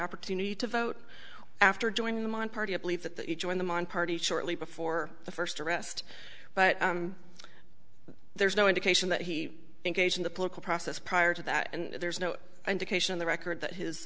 opportunity to vote after joining them on party i believe that that you join them on party shortly before the first arrest but there's no indication that he engaged in the political process prior to that and there's no indication on the record that his